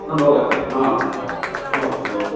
न भवति हा अस्तु अस्तु